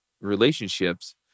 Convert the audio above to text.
relationships